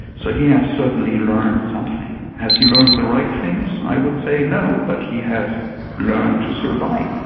so he has certainly learned something. has he learned the right things? i would say no. but he has learned to survive.